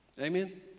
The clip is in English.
Amen